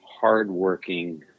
hardworking